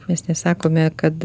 mes nesakome kad